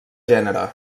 gènere